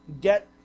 get